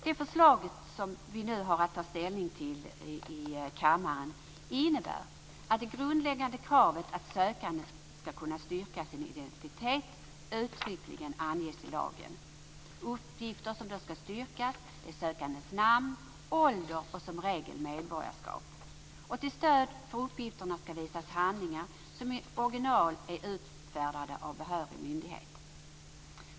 Det förslag som vi nu har att ta ställning till i kammaren innebär att det grundläggande kravet att sökanden skall kunna styrka sin identitet uttryckligen anges i lagen. Uppgifter som då skall styrkas är sökandens namn, ålder och som regel medborgarskap. Till stöd för uppgifterna skall visas handlingar som i original är utfärdade av behörig myndighet.